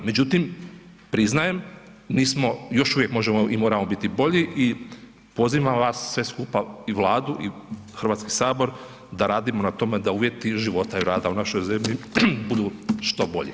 Međutim, priznajem mi smo, još uvijek možemo i moramo biti bolji i pozivam vas sve skupa i Vladu i HS da radimo na tome da uvjeti života i rada u našoj zemlji budu što bolji.